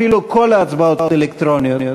כל ההצבעות אלקטרוניות.